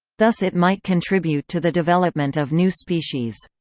thus it might contribute to the development of new species.